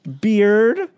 Beard